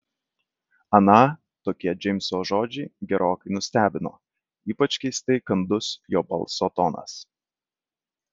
aną tokie džeimso žodžiai gerokai nustebino ypač keistai kandus jo balso tonas